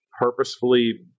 purposefully